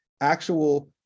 actual